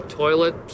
toilet